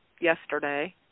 yesterday